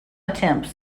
attempts